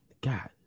God